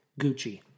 Gucci